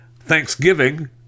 Thanksgiving